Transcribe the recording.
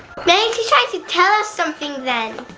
maybe she's trying to tell us something then.